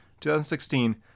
2016